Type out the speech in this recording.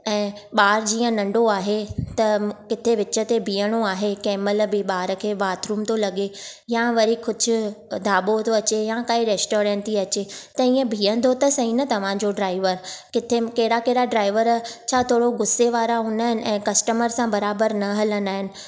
ऐं बा॒र जीअं नंढो आहे त किथे विच ते बीहणो आहे कंहिंमाहल बि बा॒र खे बाथरूम थो लगे॒ या वरी कुझु दाबो॒ थो अचे या वरी काई रेस्टोरेंट थी अचे त इएं बीहंदो त सहीं न तव्हांजो ड्राइवर किथे कहिड़ा कहिड़ा ड्राइवर छा थोरो ग़ुस्से वारा हूंदा आहिनि ऐं कस्टमर सां बराबरि न हलंदा आहिनि